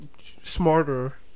smarter